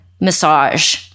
massage